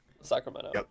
Sacramento